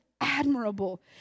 admirable